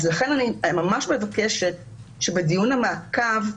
לכן אני ממש מבקשת שבדיון המעקב,